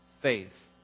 faith